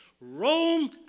Rome